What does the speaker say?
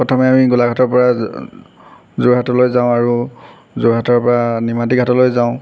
প্ৰথমে আমি গোলাঘাটৰ পৰা যোৰহাটলৈ যাওঁ আৰু যোৰহাটৰ পৰা নিমাতীঘাটলৈ যাওঁ